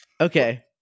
Okay